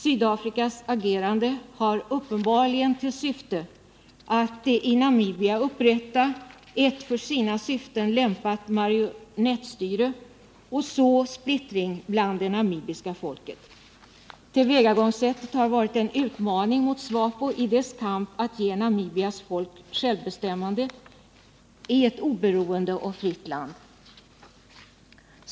Sydafrikas agerande har uppenbarligen till syfte att i Namibia upprätta ett för sina syften lämpat marionettstyre och att så splittring bland det namibiska folket. Tillvägagångssättet har varit en utmaning mot SWAPO i dess kamp att ge Namibias folk självbestämmande i ett oberoende och fritt land.